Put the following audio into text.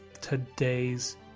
today's